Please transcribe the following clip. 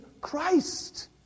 Christ